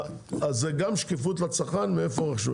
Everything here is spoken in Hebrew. אז זה גם שקיפות לצרכן מאיפה העוף.